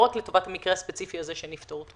לא רק לטובת מקרה הספציפי הזה שנפתור אותו.